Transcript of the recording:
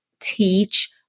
teach